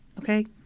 okay